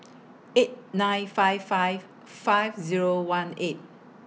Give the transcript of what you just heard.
eight nine five five five Zero one eight